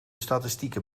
statistieken